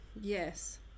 Yes